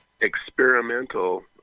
experimental